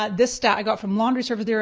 ah this stat i got from laundry service.